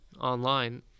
online